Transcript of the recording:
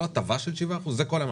לא הטבה של 7 אחוז, זה כל המס,